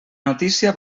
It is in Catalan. notícia